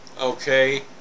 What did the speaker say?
okay